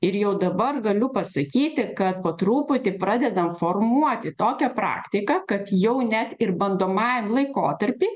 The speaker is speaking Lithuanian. ir jau dabar galiu pasakyti kad po truputį pradedam formuoti tokią praktiką kad jau net ir bandomajam laikotarpy